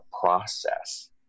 process